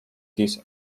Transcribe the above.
these